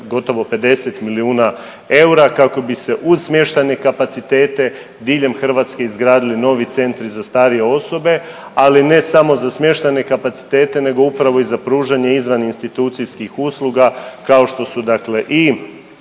gotovo 50 milijuna eura kako bi se uz smještajne kapacitete diljem Hrvatske izgradili novi centri za starije osobe, ali ne samo za smještajne kapacitete nego upravo i za pružanje izvan institucijskih usluga kao što su dakle i